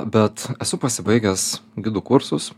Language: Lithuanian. bet esu pasibaigęs gidų kursus